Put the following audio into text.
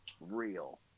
real